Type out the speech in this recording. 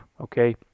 Okay